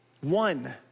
one